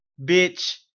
bitch